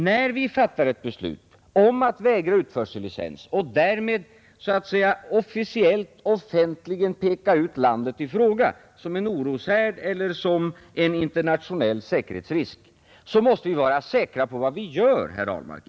När vi fattar ett beslut om att vägra utförsellicens och därmed s. a. s. officiellt, offentligt pekar ut landet i fråga som en oroshärd eller som en internationell säkerhetsrisk, måste vi vara säkra på vad vi gör, herr Ahlmark.